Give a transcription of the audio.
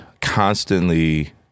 constantly